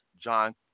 John